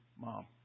mom